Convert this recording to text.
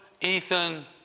Ethan